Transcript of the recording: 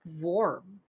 warm